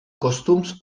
costums